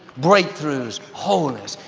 breakthroughs, wholeness.